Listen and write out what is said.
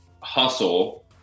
hustle